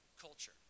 culture